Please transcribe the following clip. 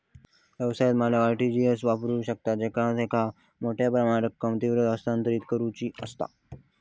व्यवसाय मालक R T G S वापरू शकतत जेव्हा त्यांका मोठ्यो प्रमाणात रक्कम त्वरित हस्तांतरित करुची असता